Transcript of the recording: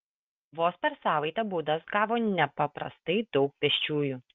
vos per savaitę baudas gavo nepaprastai daug pėsčiųjų